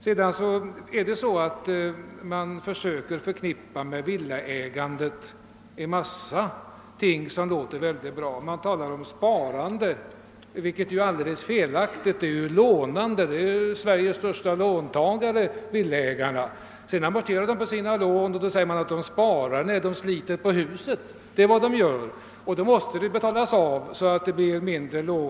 Sedan brukar man ofta med villaägandet förknippa föreställningar som låter bra. Man talar t.ex. om sparande, vilket är felaktigt i sammanhanget. Det är i stället fråga om lån. Villaägarna är en av Sveriges största låntagargrupper. När en villaägare betalar på sitt lån, säger man att han sparar. Det gör han inte. Han sliter på huset. Och därför måste han betala av på lånet, så att det blir mindre.